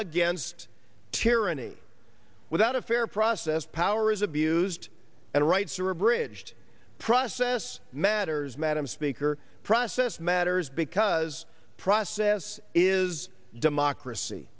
against tyranny without a fair process power is abused and rights are abridged process matters madam speaker process matters because process is has democracy